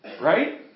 right